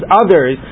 others